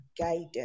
guided